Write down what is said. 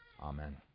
Amen